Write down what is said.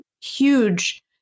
huge